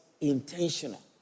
intentional